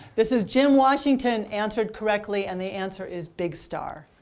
this is jim washington answered correctly. and the answer is big star.